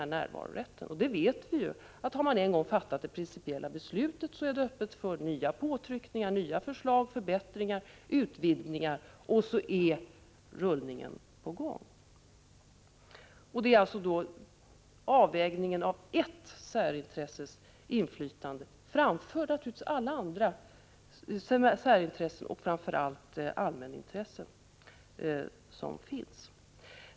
Vi vet att om man en gång fattat ett — 13 november 1985 principiellt beslut, står det öppet för nya påtryckningar och förslag till utvidgningar, och därmed är rullningen i gång. I denna avvägning är det inflytandet för ett särintresse som tillgodosetts framför andra särintressen och framför allt allmänintressen.